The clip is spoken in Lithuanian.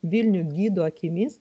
vilnių gidų akimis